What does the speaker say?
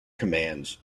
commands